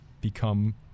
become